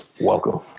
Welcome